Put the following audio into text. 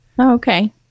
Okay